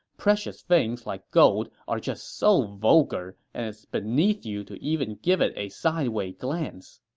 precious things like gold are just so vulgar and it's beneath you to even give it a sideway glance.